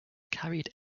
carried